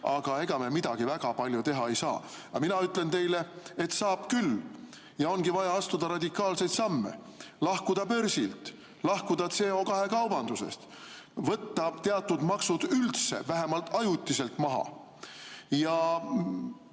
aga ega me midagi väga palju teha ei saa. Aga mina ütlen teile, et saab küll. Ongi vaja astuda radikaalseid samme – lahkuda börsilt, lahkuda CO2 kaubandusest, võtta teatud maksud üldse maha, vähemalt ajutiselt. Kui